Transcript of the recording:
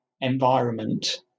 environment